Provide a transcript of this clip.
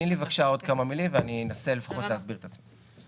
תני לי עוד כמה מילים ואני אנסה לפחות להסביר את עצמי.